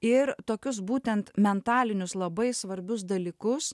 ir tokius būtent mentalinius labai svarbius dalykus